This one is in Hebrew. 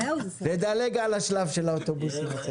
נדלג על השלב של האוטובוסים.